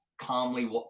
calmly